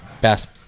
best